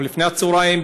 או לפני הצהריים,